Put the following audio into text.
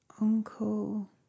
Uncle